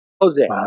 Jose